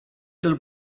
dal